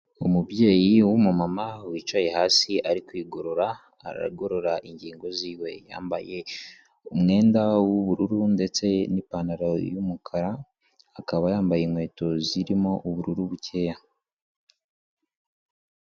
Umubyeyi w'umumama wicaye hasi ari kwigorora, agorora ingingo ziwe. Yambaye umwenda w'ubururu ndetse n'ipantaro y'umukara, akaba yambaye inkweto zirimo ubururu bukeya.